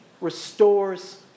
restores